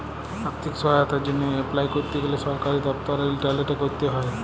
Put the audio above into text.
আথ্থিক সহায়তার জ্যনহে এপলাই ক্যরতে গ্যালে সরকারি দপ্তর আর ইলটারলেটে ক্যরতে হ্যয়